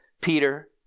Peter